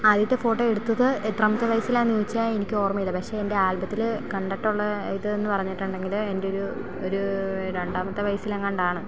ആദ്യത്തെ ഫോട്ടോ എടുത്തത് എത്രാമത്തെ വയസ്സിലാണെന്ന് ചോദിച്ചാൽ എനിക്ക് ഓർമയില്ല പക്ഷേ എൻ്റെ ആൽബത്തിൽ കണ്ടിട്ടുള്ള ഇത് എന്ന് പറഞ്ഞിട്ടുണ്ടെങ്കില് എന്റെ ഒരു ഒരൂ രണ്ടാമത്തെ വയസ്സിലെങ്ങാണ്ടാണ്